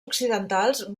occidentals